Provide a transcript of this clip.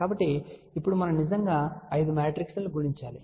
కాబట్టి ఇప్పుడు మనం నిజంగా 5 మ్యాట్రిక్స్ లను గుణించాలి